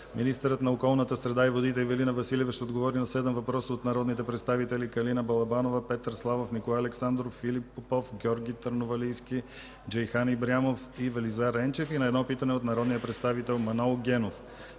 Министърът на околната среда и водите Ивелина Василева ще отговори на седем въпроса от народните представители Калина Балабанова, Петър Славов, Николай Александров, Филип Попов, Георги Търновалийски, Джейхан Ибрямов, Велизар Енчев и на едно питане от народния представител Манол Генов.